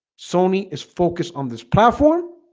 sony is focused on this platform